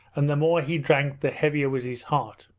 and the more he drank the heavier was his heart.